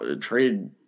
trade